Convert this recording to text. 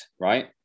right